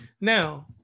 Now